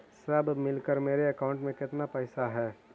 सब मिलकर मेरे अकाउंट में केतना पैसा है?